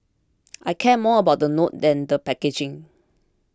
I care more about the note than the packaging